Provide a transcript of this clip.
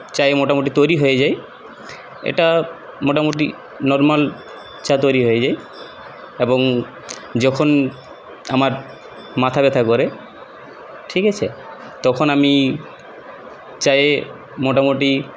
চায়ে মোটামুটি তৈরি হয়ে যায় এটা মোটামুটি নর্মাল চা তৈরি হয়ে যায় এবং যখন আমার মাথা ব্যথা করে ঠিক আছে তখন আমি চায়ে মোটামুটি